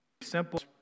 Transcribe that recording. Simple